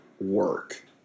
work